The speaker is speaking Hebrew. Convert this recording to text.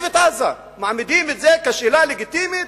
מעמידים את זה כשאלה לגיטימית,